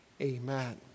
Amen